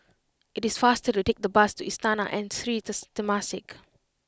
it is faster to take the bus to Istana and Sri Temasek